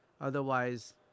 otherwise